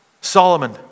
Solomon